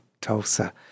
tulsa